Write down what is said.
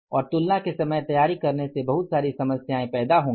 और तुलना के समय तैयारी करने से बहुत सारी समस्याएं पैदा होंगी